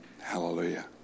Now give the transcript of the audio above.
Hallelujah